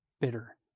bitter